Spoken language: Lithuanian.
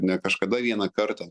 ne kažkada vieną kartą